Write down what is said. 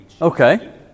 okay